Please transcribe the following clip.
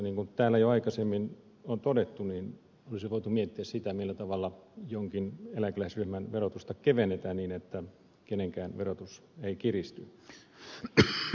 niin kuin täällä jo aikaisemmin on todettu olisi voitu miettiä sitä millä tavalla jonkin eläkeläisryhmän verotusta kevennetään niin että kenenkään verotus ei kiristy